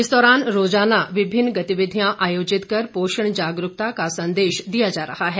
इस दौरान रोजाना विभिन्न गतिविधियां आयोजित कर पोषण जागरूकता का संदेश दिया जा रहा है